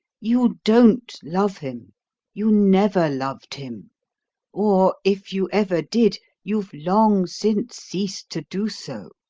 you don't love him you never loved him or, if you ever did, you've long since ceased to do so.